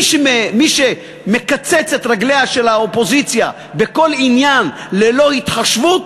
מי שמקצץ את רגליה של האופוזיציה בכל עניין ללא התחשבות,